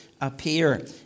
appear